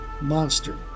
Monster